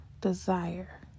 desire